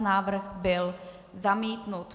Návrh byl zamítnut.